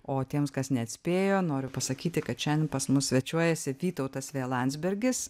o tiems kas neatspėjo noriu pasakyti kad šiandien pas mus svečiuojasi vytautas v landsbergis